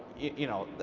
you know,